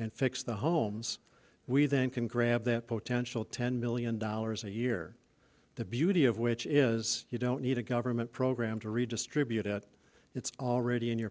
and fix the homes we then can grab that potential ten million dollars a year the beauty of which is you don't need a government program to redistribute it it's already in your